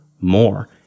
more